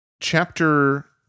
Chapter